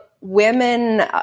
women